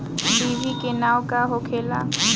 डिभी के नाव का होखेला?